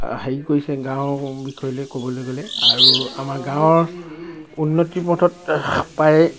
হেৰি কৰিছে গাঁও বিষয়লৈ ক'বলৈ গ'লে আৰু আমাৰ গাঁৱৰ উন্নতিৰ পথত প্ৰায়ে